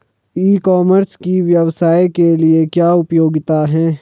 ई commerce की व्यवसाय के लिए क्या उपयोगिता है?